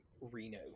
Reno